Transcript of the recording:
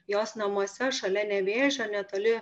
jos namuose šalia nevėžio netoli